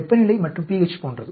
வெப்பநிலை மற்றும் pH போன்றது